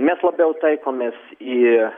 mes labiau taikomės į